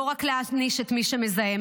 לא רק להעניש את מי שמזהם,